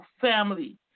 family